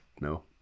No